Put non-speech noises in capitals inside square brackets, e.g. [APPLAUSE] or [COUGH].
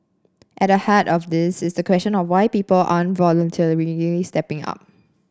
at the heart of this is the question of why people aren't [UNINTELLIGIBLE] stepping up